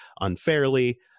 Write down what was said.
unfairly